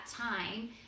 time